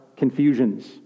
Confusions